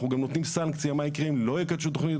אנחנו גם נותנים סנקציה מה יקרה אם לא יקדמו תכנית